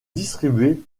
distribué